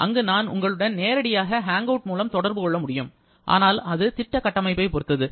அங்கு நான் உங்களுடன் நேரடியாக ஹேங்கவுட் மூலம் தொடர்பு கொள்ள முடியும் ஆனால் அது திட்ட கட்டமைப்பை பொறுத்தது